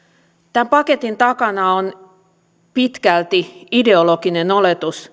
tämän paketin takana on pitkälti ideologinen oletus